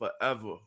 forever